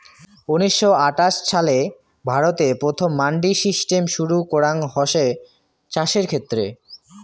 উনিশশো আটাশ ছালে ভারতে প্রথম মান্ডি সিস্টেম শুরু করাঙ হসে চাষের ক্ষেত্রে